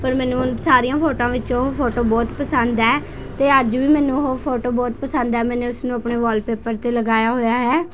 ਪਰ ਮੈਨੂੰ ਸਾਰੀਆਂ ਫੋਟੋਆਂ ਵਿੱਚੋਂ ਉਹ ਫੋਟੋ ਬਹੁਤ ਪਸੰਦ ਹੈ ਅਤੇ ਅੱਜ ਵੀ ਮੈਨੂੰ ਉਹ ਫੋਟੋ ਬਹੁਤ ਪਸੰਦ ਹੈ ਮੈਨੇ ਉਸ ਨੂੰ ਆਪਣੇ ਵੋਲਪੇਪਰ 'ਤੇ ਲਗਾਇਆ ਹੋਇਆ ਹੈ